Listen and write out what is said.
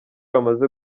bamaze